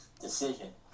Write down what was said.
decision